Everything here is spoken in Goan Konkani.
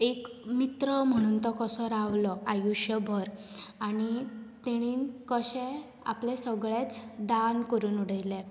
एक मित्र म्हणून तो कसो रावलो आयूश्यभर आनी तेणेन कशें आपलें सगळेंच दान करून उडयलें